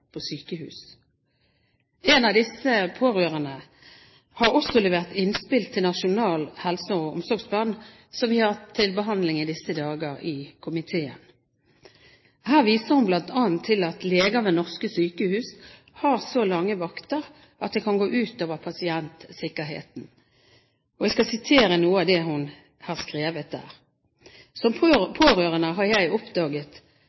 på sykehus. En av disse pårørende har også levert innspill til Nasjonal helse- og omsorgsplan, som vi i disse dager har til behandling i komiteen. Her viser hun bl.a. til at leger ved norske sykehus har så lange vakter at det kan gå ut over pasientsikkerheten. Jeg skal sitere noe av det hun har skrevet der: «Som pårørende har jeg oppdaget